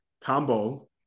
combo